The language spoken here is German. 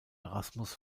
erasmus